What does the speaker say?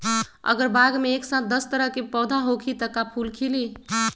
अगर बाग मे एक साथ दस तरह के पौधा होखि त का फुल खिली?